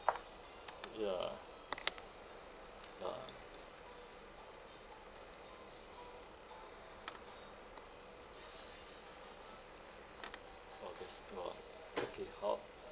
ya ah all this while okay hop